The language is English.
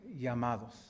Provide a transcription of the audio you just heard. llamados